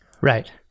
Right